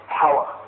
power